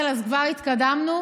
שיותר ממה שהטיפולים הרפואיים מרפאים,